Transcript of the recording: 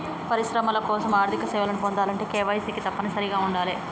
పరిశ్రమల కోసం ఆర్థిక సేవలను పొందాలంటే కేవైసీ తప్పనిసరిగా ఉండాలే